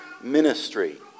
ministry